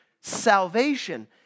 Salvation